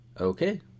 Okay